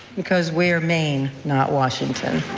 because we are maine, not washington.